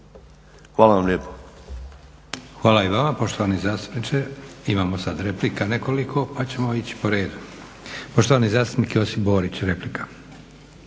Hvala vam lijepo.